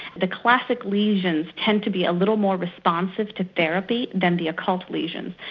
the classic lesions tend to be a little more responsive to therapy than the occult lesions,